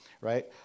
right